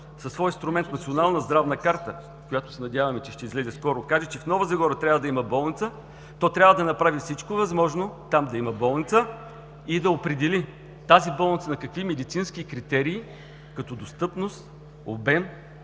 със своя инструмент – Националната здравна карта, която се надяваме, че ще излезе скоро, каже, че в Нова Загора трябва да има болница, то трябва да направи всичко възможно там да има болница и да определи тази болница на какви медицински критерии – като достъпност, обем,